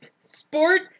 Sport